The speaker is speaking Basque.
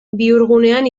bihurgunean